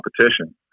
competition